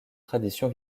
tradition